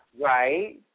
Right